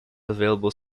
available